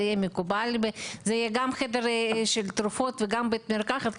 זה יהיה מקובל שזה יהיה גם חדר תרופות וגם בית מרקחת?